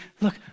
Look